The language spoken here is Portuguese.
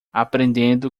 aprendendo